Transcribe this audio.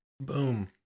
Boom